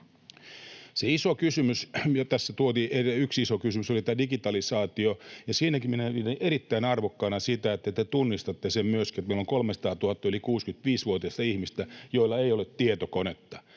yksi iso kysymys — oli tämä digitalisaatio, ja siinäkin minä pidin erittäin arvokkaana sitä, että te tunnistatte myöskin sen, että meillä on 300 000 yli 65‑vuotiasta ihmistä, joilla ei ole tietokonetta.